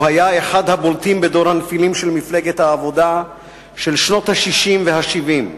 הוא היה אחד הבולטים בדור הנפילים של מפלגת העבודה של שנות ה-60 וה-70,